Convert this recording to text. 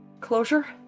closure